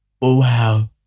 Wow